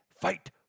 Fight